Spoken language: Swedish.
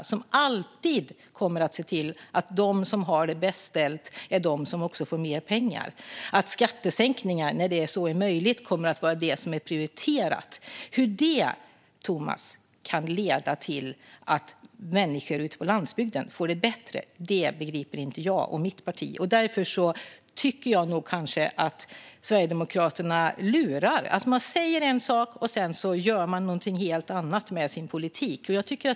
De kommer alltid att se till att de som har det bäst ställt också är de som får mest pengar. Skattesänkningar när så är möjligt kommer att vara det som är prioriterat. Hur det, Thomas Morell, kan leda till att människor ute på landsbygden får det bättre begriper inte jag och mitt parti. Därför tycker jag nog kanske att Sverigedemokraterna luras. De säger en sak, och sedan gör de någonting helt annat med sin politik.